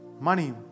Money